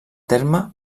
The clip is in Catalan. terme